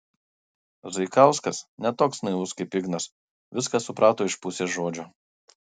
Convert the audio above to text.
zaikauskas ne toks naivus kaip ignas viską suprato iš pusės žodžio